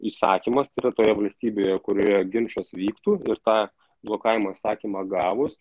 įsakymas tai yra toje valstybėje kurioje ginčas vyktų ir tą blokavimo įsakymą gavus